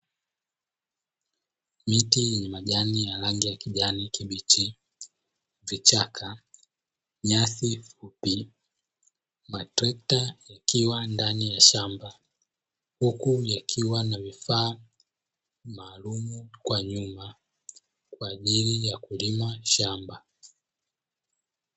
Miti yenye majani ya rangi ya kijani kibichi, vichaka, nyasi fupi, matrekta yakiwa ndani ya shamba, huku yakiwa na vifaa maalumu kwa nyuma kwa ajili ya kulima shamba.